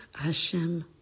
Hashem